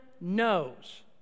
knows